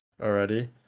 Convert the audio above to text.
already